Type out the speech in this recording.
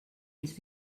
ens